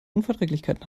unverträglichkeiten